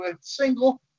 single